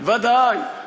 ודאי.